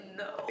no